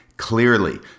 clearly